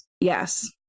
Yes